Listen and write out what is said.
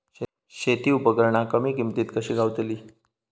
शेती उपकरणा कमी किमतीत कशी गावतली?